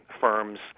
firms